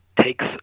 takes